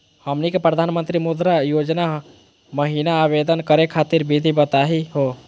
हमनी के प्रधानमंत्री मुद्रा योजना महिना आवेदन करे खातीर विधि बताही हो?